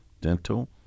dental